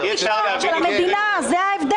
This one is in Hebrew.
זה מרסן פשע ואלימות.